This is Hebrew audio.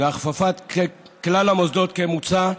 הכפפת כלל המוסדות, כמוצע,